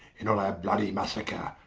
in all our bloudy massacre,